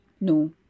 no